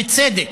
ובצדק,